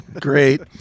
great